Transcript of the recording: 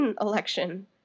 election